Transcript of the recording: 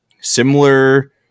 similar